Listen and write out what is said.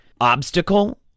obstacle